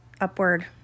upward